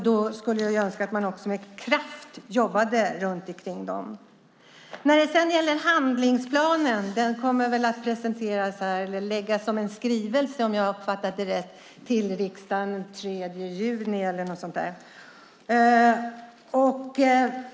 Då skulle jag önska att man också med kraft jobbade med dem. När det sedan gäller handlingsplanen kommer den väl att läggas fram som en skrivelse till riksdagen, om jag har uppfattat det rätt, den 3 juni eller något sådant.